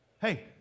hey